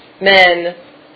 men